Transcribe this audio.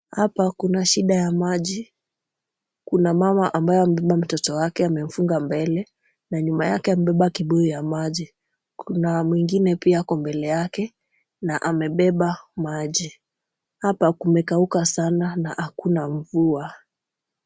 Hapa kuna shida ya maji, kuna mama ambaye amebeba mtoto wake amemfunga mbele na nyuma yake amebeba kibuyu ya maji. Kuna mwingine pia ako mbele yake na amebeba maji, hapa kumekauka sana na hakuna mvua.